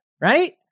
right